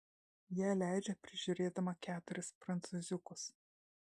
ją leidžia prižiūrėdama keturis prancūziukus